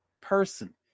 person